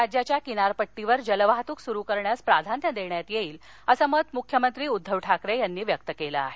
राज्याच्या किनारपट्टीवर जलवाहतूक सुरू करण्यास प्राधान्य देण्यात येईल असं मत मुख्यमंत्री उद्दव ठाकरे यांनी व्यक्त केलं आहे